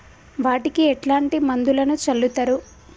వాటికి ఎట్లాంటి మందులను చల్లుతరు?